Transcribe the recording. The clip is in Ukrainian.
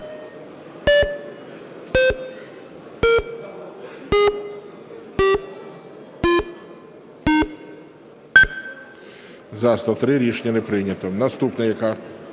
За-103 Рішення не прийнято. Наступна, яка?